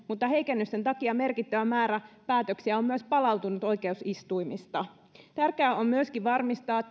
mutta heikennysten takia merkittävä määrä päätöksiä on myös palautunut oikeusistuimista tärkeää on myöskin varmistaa